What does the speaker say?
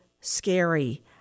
scary